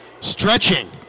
stretching